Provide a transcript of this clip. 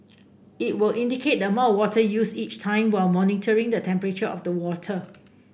it will indicate the amount of water used each time while monitoring the temperature of the water